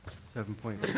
seven point